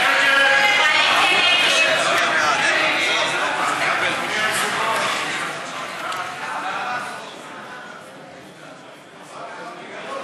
ההצעה להסיר מסדר-היום את הצעת חוק האזרחות והכניסה